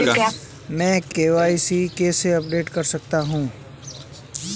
मैं के.वाई.सी कैसे अपडेट कर सकता हूं?